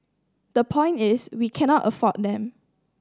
the point is we cannot afford them